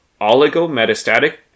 oligometastatic